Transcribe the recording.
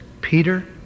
Peter